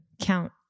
count